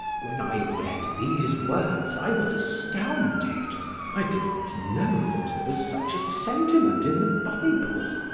when i read these words i was astounded i did not know that there was such a sentiment in the bible.